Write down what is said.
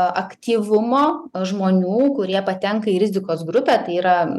aktyvumo žmonių kurie patenka į rizikos grupę tai yra